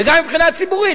וגם מבחינה ציבורית,